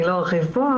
אני לא ארחיב כאן.